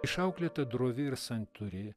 išauklėta drovi ir santūri